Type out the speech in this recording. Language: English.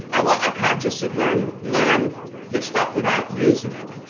um like i can't just sit here and learn this stuff without using it,